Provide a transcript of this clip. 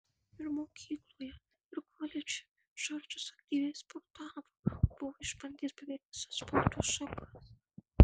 ir mokykloje ir koledže džordžas aktyviai sportavo buvo išbandęs beveik visas sporto šakas